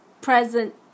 present